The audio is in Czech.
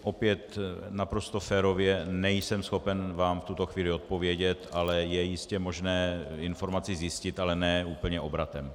Opět naprosto férově, nejsem schopen vám v tuto chvíli odpovědět, ale je jistě možné informaci zjistit, ale ne úplně obratem.